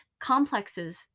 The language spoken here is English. complexes